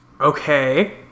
Okay